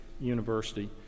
University